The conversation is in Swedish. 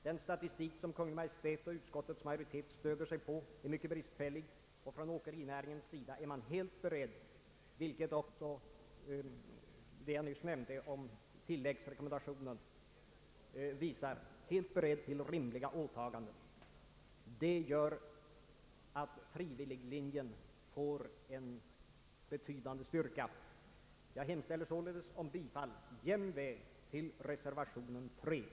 Den statistik som Kungl. Maj:t och utskottets majoritet stöder sig på är mycket bristfällig, och från åkerinäringens sida är man helt beredd till rimliga åtaganden, vilket också som jag nyss nämnde i fråga om tilläggsrekommendationen visar. Det gör att frivilliglinjen får en betydande styrka. Jag hemställer således om bifall jämväl till reservation III.